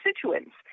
constituents